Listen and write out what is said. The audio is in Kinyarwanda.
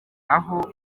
aho